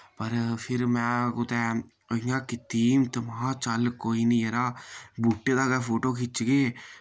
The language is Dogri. पर फिर मैं कुतै इय्यां कीती हिम्मत महा चल कोई नि यरा बूह्टे दा गै फोटो खिच्चगे